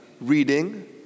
reading